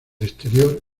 exterior